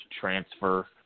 transfer